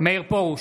מאיר פרוש,